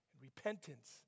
repentance